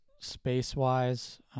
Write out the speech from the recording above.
space-wise